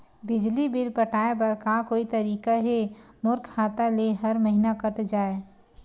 बिजली बिल पटाय बर का कोई तरीका हे मोर खाता ले हर महीना कट जाय?